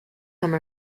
comme